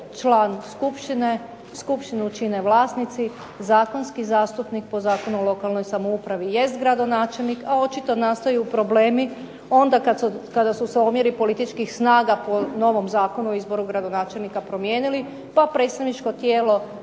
član skupštine, skupštinu čine vlasnici, zakonski zastupnik po Zakonu o lokalnoj samoupravi jest gradonačelnik, a očito nastaju problemi onda kada su se omjeri političkih snaga po novom zakonu o izboru gradonačelnika promijenili pa predsjedničko tijelo